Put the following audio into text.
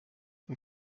und